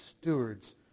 stewards